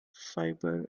fibre